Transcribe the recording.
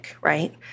right